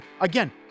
again